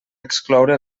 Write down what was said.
excloure